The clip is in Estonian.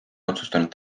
otsustanud